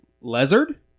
lizard